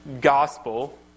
gospel